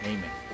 Amen